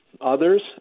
Others